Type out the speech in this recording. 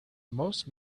most